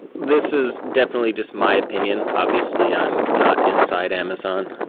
this is definitely just my opinion. obviously, i'm not inside amazon.